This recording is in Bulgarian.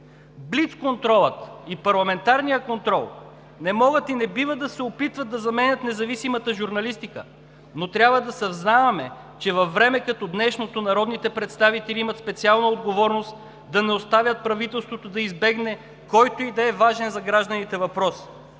Блицконтролът и парламентарният контрол не могат и не бива да се опитват да заменят независимата журналистика, но трябва да съзнаваме, че във време като днешното народните представители имат специална отговорност да не оставят правителството да избегне който и да е важен за гражданите въпрос.